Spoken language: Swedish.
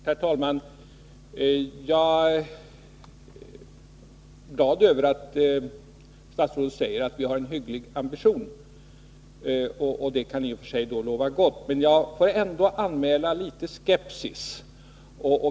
Herr talman! Jag är glad över att statsrådet säger att vi har en hygglig ambition. Det kan lova gott, men jag vill ändå anmäla litet skepsis.